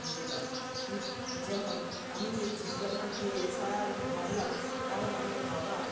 দিতে পারি যেমন আমি এই জীবিকার মধ্যে ভাবলাম কারণ আমার বাবা